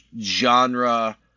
genre